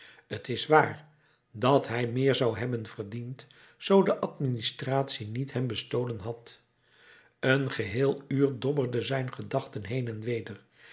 t is waar dat hij meer zou hebben verdiend zoo de administratie niet hem bestolen had een geheel uur dobberden zijn gedachten heen en weder